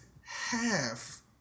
half